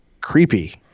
Creepy